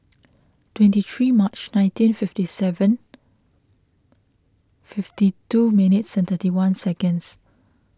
twenty three March nineteen fifty seven fifty two minutes certainty one seconds